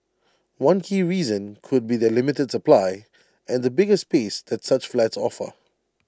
one key reason could be their limited supply and the bigger space that such flats offer